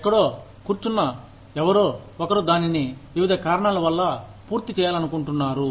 ఎక్కడో కూర్చున్నఎవరో ఒకరు దానిని వివిధ కారణాల వల్ల పూర్తి చేయాలనుకుంటున్నారు